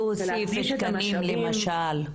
להוסיף תקנים למשל.